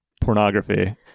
pornography